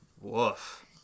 woof